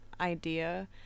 idea